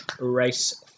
race